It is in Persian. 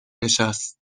نشست